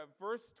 verse